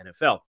NFL